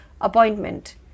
Appointment